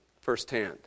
firsthand